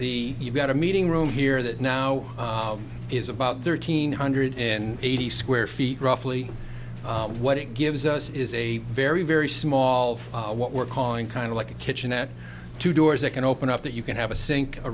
the you've got a meeting room here that now is about thirteen hundred in eighty square feet roughly what it gives us is a very very small what we're calling kind of like a kitchen at two doors that can open up that you can have a sink a